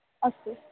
अस्तु